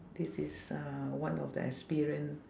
this is uh one of the experience